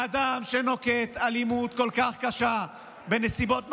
אדם שנוקט אלימות כל כך קשה בנסיבות מחמירות,